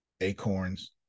acorns